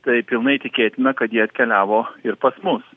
tai pilnai tikėtina kad jie atkeliavo ir pas mus